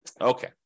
Okay